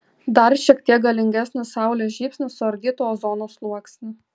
dar šiek tiek galingesnis saulės žybsnis suardytų ozono sluoksnį